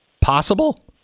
possible